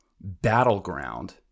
battleground